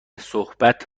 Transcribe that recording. صحبت